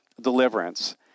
deliverance